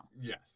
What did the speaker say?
Yes